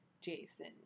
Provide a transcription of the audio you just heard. jason